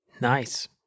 Nice